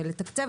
ולתקצב?